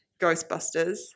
Ghostbusters